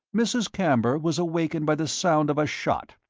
mrs. camber was awakened by the sound of a shot.